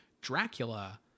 Dracula